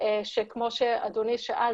שכמו שאדוני שאל,